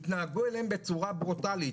התנהגו אליהם בצורה ברוטלית.